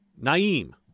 naim